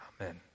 Amen